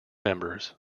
members